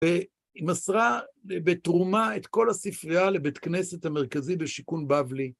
היא מסרה בתרומה את כל הספרייה לבית כנסת המרכזי בשיקון בבלי.